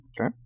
Okay